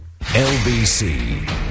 LBC